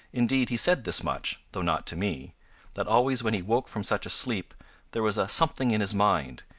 indeed he said this much, though not to me that always when he woke from such a sleep there was a something in his mind,